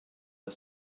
are